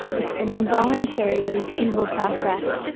it's an involuntary retrieval process.